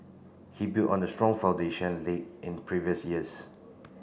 he built on the strong foundation laid in previous years